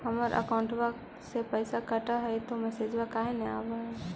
हमर अकौंटवा से पैसा कट हई त मैसेजवा काहे न आव है?